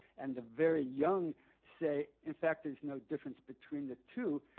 and the very young say, in fact there's no difference between the two,